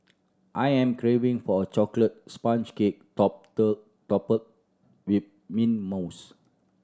I am craving for a chocolate sponge cake topped with mint mousse